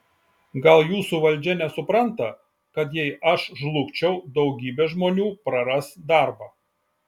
gal jūsų valdžia nesupranta kad jei aš žlugčiau daugybė žmonių praras darbą